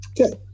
Okay